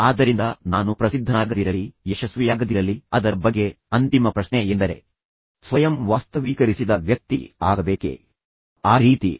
ಆದ್ದರಿಂದ ನಾನು ಪ್ರಸಿದ್ಧನಾಗದಿರಲಿ ನಾನು ಯಶಸ್ವಿಯಾಗದಿರಲಿ ಮತ್ತು ನಂತರ ಅದರ ಬಗ್ಗೆ ಅಂತಿಮ ಪ್ರಶ್ನೆ ಎಂದರೆ ಒಬ್ಬ ವ್ಯಕ್ತಿಯು ಸ್ವಯಂ ವಾಸ್ತವೀಕರಿಸಿದ ವ್ಯಕ್ತಿ ಆಗಬೇಕೇ ಅಥವಾ ಆಗಬಾರದೇ